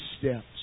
steps